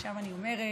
עכשיו אני אומרת.